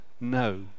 no